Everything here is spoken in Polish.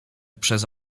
przez